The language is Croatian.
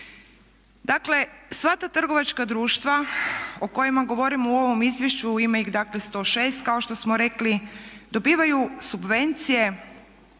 Dakle, sva ta trgovačka društva o kojima govorimo u ovom izvješću, ima ih dakle 106, kao što smo rekli, dobivaju subvencije